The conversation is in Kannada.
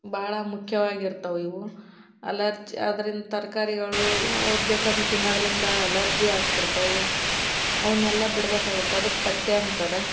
ಭಾಳ ಮುಖ್ಯವಾಗಿರ್ತವೆ ಇವು ಅಲರ್ಜಿ ಅದರಿಂದ ತರಕಾರಿಗಳು ಯಾವುದು ಬೇಕು ಅದ್ನ ತಿನ್ನೋದರಿಂದ ಅಲರ್ಜಿ ಆಗ್ತಿರ್ತವೆ ಅವನ್ನೆಲ್ಲ ಬಿಡಬೇಕಾಗತ್ತೆ ಅದಕ್ಕೆ ಪಥ್ಯ ಅಂತಾರೆ